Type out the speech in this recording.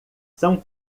são